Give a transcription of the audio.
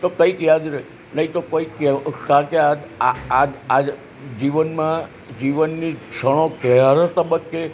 તો કંઈક યાદ રહે નહીં તો કંઈક કે કારણ કે આજ આજ જીવનમાં જીવનની ક્ષણો કયારે તબક્કે